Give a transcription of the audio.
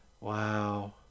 Wow